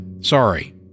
sorry